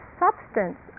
substance